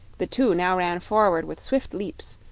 the two now ran forward with swift leaps,